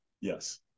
Yes